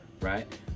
right